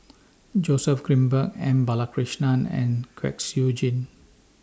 Joseph Grimberg M Balakrishnan and Kwek Siew Jin